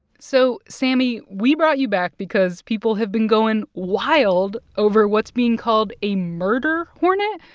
so sammy, we brought you back because people have been going wild over what's being called a murder hornet.